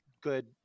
good